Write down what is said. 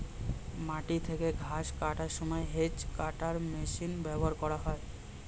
মাটি থেকে ঘাস কাটার সময় হেজ্ কাটার মেশিন ব্যবহার করা হয়